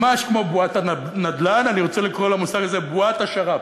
ממש כמו בועת הנדל"ן אני רוצה לקרוא למושג הזה בועת שר"פ.